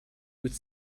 would